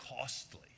costly